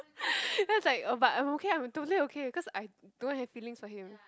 that was like oh but I'm okay I'm totally okay cause I don't have feelings for him